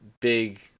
big